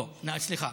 סליחה,